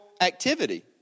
activity